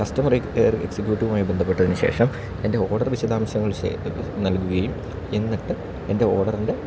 customer care എക്സിക്യൂട്ടീവുമായി ബന്ധപ്പെട്ടതിന് ശേഷം എൻ്റെ ഓർഡർ വിശദാംശങ്ങൾ നൽകുകയും എന്നിട്ട് എൻ്റെ ഓർഡറിൻ്റെ